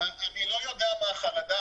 אני לא יודע מה החרדה.